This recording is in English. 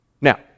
Now